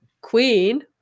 queen